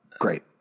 Great